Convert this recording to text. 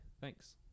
thanks